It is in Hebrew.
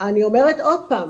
אני אומרת עוד פעם,